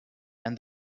and